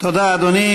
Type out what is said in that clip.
תודה, אדוני.